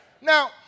Now